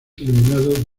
iluminado